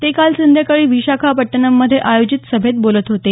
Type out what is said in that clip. ते काल संध्याकाळी विशाखपट्टणम मध्ये आयोजित सभेत बोलत होते